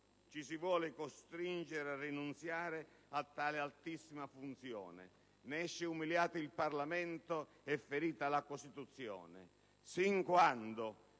ci si vuole costringere a rinunziare a tale altissima funzione; ne esce umiliato il Parlamento e ferita la Costituzione.